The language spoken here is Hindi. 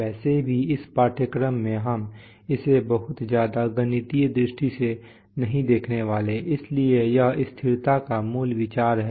वैसे भी इस पाठ्यक्रम में हम इसे बहुत ज्यादा गणितीय दृष्टि से नहीं देखने वाले हैं इसलिए यह स्थिरता का मूल विचार है